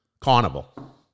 carnival